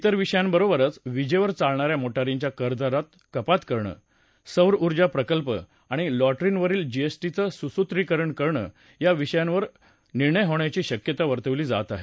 वेर विषयांबरोबरच वीजेवर चालणाऱ्या मोटारींच्या करदरात कपात करणं सौरउर्जा प्रकल्प आणि लॉटरींवरील जीएसटीचं सुसूत्रीकरण या विषयावर निर्णय होण्याची शक्यता वर्तवली जात आहे